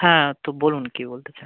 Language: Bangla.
হ্যাঁ তো বলুন কী বলতে চান